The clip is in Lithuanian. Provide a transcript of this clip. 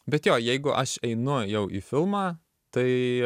bet jo jeigu aš einu jau į filmą tai